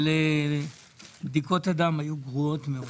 אבל בדיקות הדם היו גרועות מאוד